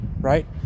right